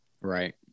right